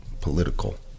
political